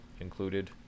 included